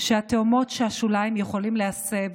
שהתהומות של השוליים יכולים להסב